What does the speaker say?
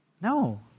No